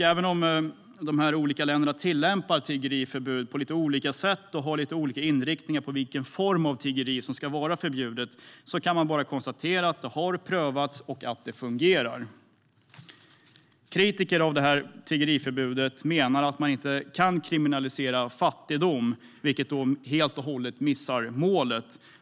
Även om de olika länderna tillämpar tiggeriförbud på lite olika sätt och har olika inriktningar på vilken form av tiggeri som ska vara förbjudet kan man bara konstatera att det har prövats och att det fungerar. Kritiker av tiggeriförbudet menar att man inte kan kriminalisera fattigdom, vilket helt och hållet missar målet.